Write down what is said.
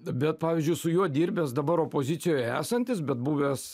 bet pavyzdžiui su juo dirbęs dabar opozicijoj esantis bet buvęs